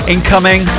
Incoming